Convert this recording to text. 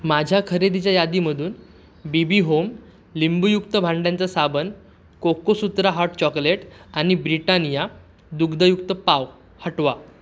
माझ्या खरेदीच्या यादीमधून बी बी होम लिंबूयुक्त भांड्यांचा साबण कोकोसुत्रा हॉट चॉकलेट आणि ब्रिटानिया दुग्धयुक्त पाव हटवा